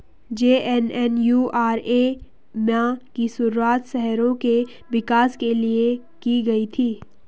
JNNURM की शुरुआत शहरों के विकास के लिए की गई थी